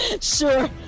Sure